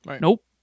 nope